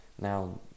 Now